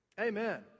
Amen